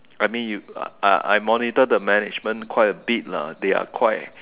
I mean you I I monitor the management quite a bit lah they are quite